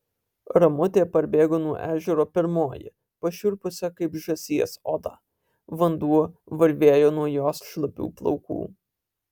ramutė parbėgo nuo ežero pirmoji pašiurpusia kaip žąsies oda vanduo varvėjo nuo jos šlapių plaukų